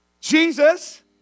Jesus